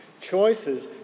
choices